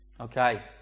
Okay